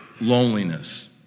loneliness